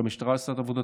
והמשטרה עשתה את עבודתה.